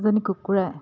এজনী কুকুৰাই